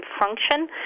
function